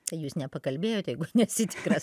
tai jūs nepakalbėjot jeigu nesi tikras